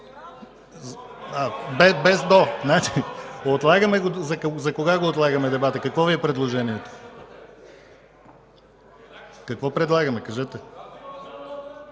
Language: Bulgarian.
го. За кога отлагаме дебата? Какво Ви е предложението? Какво предлагаме, кажете?